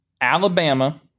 Alabama